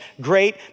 great